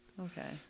Okay